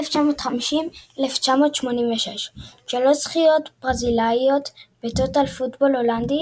1950 – 1986 שלוש זכיות ברזילאיות וטוטאל פוטבול הולנדי